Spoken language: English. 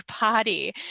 body